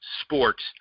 sports